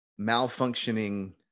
malfunctioning